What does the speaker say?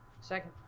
Second